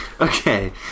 Okay